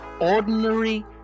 ordinary